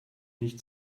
nicht